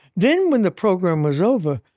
then when the program was over,